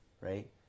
right